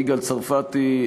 יגאל צרפתי,